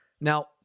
Now